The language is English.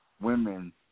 women